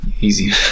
Easy